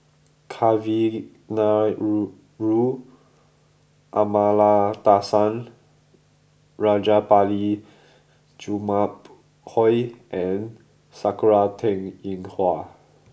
Kavignareru Amallathasan Rajabali Jumabhoy and Sakura Teng Ying Hua